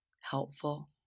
helpful